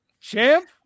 champ